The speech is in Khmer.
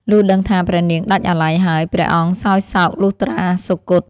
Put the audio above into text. លុះដឹងថា ព្រះនាងដាច់អាល័យហើយ ព្រះអង្គសោយសោកលុះត្រាសុគត។